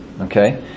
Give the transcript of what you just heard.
okay